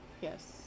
yes